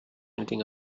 anything